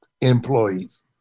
employees